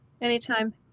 anytime